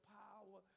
power